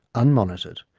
unmonitored,